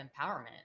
empowerment